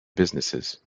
businesses